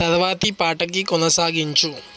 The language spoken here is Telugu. తరువాతి పాటను కొనసాగించు